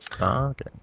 okay